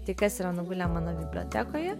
tai kas yra nugulę mano bibliotekoje